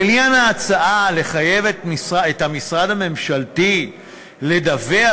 לעניין ההצעה לחייב את המשרד הממשלתי לדווח